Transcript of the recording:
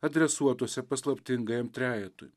adresuotuose paslaptingajam trejetui